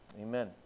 Amen